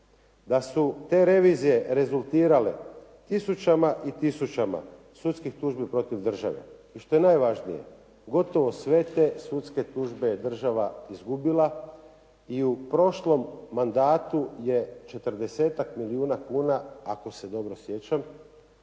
da su te revizije rezultirale tisućama i tisućama sudskih tužbi protiv države. I što je najvažnije, gotovo sve te sudske tužbi je država izgubila i u prošlom mandatu je 40-tak milijuna kuna ako se dobro sjećam,